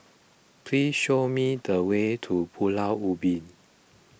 please show me the way to Pulau Ubin